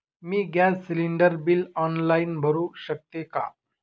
मी gas cylinder bill online भरु शकते का?